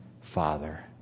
Father